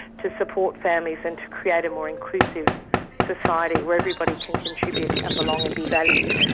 to support families, and to create a more inclusive society where everybody can contribute and belong and be valued,